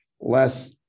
less